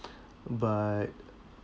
but